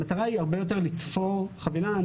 המטרה היא לתפור חבילה.